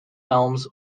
elms